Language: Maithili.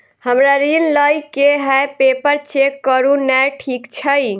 हमरा ऋण लई केँ हय पेपर चेक करू नै ठीक छई?